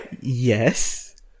Yes